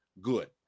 good